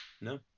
No